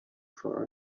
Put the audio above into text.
for